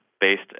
based